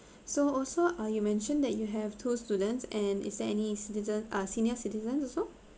so also ah you mentioned that you have two students and is there any citizen uh senior citizen also